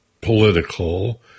political